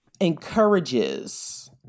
encourages